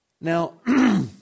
Now